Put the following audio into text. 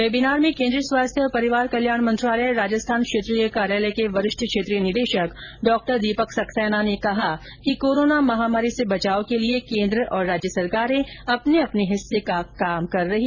webinar में केंद्रीय स्वास्थ्य और परिवार कल्याण मंत्रालय राजस्थान क्षेत्रीय कार्यालय के वरिष्ठ क्षेत्रीय निदेशक डॉदीपक सक्सेना ने कहा कि कोरोना महामारी से बचाव के लिए केंद्र और राज्य सरकारें अपने अपने हिस्से का काम कर रही हैं